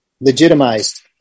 legitimized